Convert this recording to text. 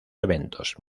eventos